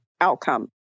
outcome